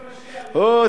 אוהו,